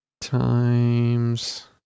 times